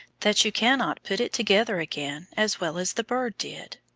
that you cannot put it together again as well as the bird did.